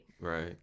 Right